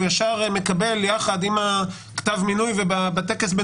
הוא ישר מקבל יחד עם כתב המינוי בטקס אצל